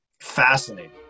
fascinating